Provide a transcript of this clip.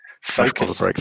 Focus